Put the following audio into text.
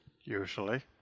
Usually